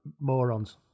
morons